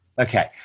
Okay